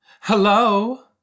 Hello